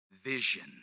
vision